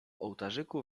ołtarzyku